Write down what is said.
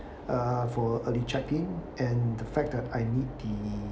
uh for early check in and the fact that I need the